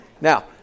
Now